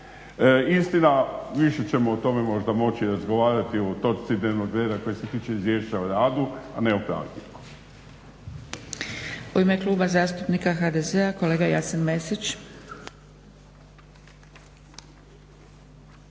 Istina više ćemo o tome možda moći razgovarati u točci dnevnog reda koja se tiče Izvješća o radu, a ne o pravilniku. **Zgrebec, Dragica (SDP)** U ime Kluba zastupnika HDZ-a kolega Jasen Mesić.